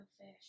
Fish